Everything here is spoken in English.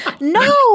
No